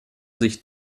sich